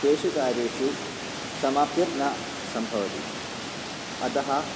तेषु कार्येषु समाप्तिर्न सम्भवति अतः